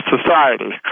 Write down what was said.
society